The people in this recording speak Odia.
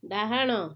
ଡାହାଣ